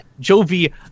Jovi